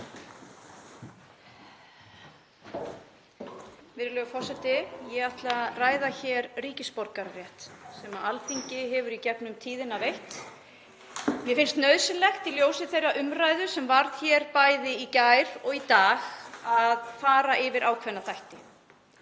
Virðulegur forseti. Ég ætla að ræða hér ríkisborgararétt sem Alþingi hefur í gegnum tíðina veitt. Mér finnst nauðsynlegt, í ljósi þeirrar umræðu sem varð hér bæði í gær og í dag, að fara yfir ákveðna þætti.